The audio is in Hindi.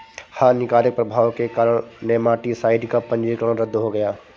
हानिकारक प्रभाव के कारण नेमाटीसाइड का पंजीकरण रद्द हो गया